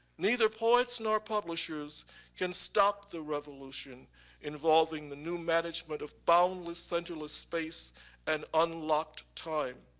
neither poets nor publishers can stop the revolution involving the new management of boundless centerless space and unlocked time